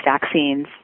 vaccines